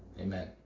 Amen